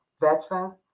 veterans